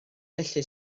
felly